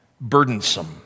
burdensome